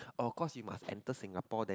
or cause you must enter Singapore then